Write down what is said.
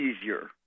easier